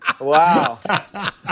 Wow